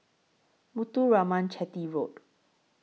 Muthuraman Chetty Road